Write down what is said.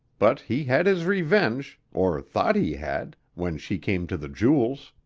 but he had his revenge, or thought he had, when she came to the jewels.